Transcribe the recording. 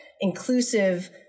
inclusive